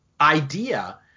idea